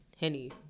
Henny